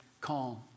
calm